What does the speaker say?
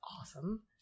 awesome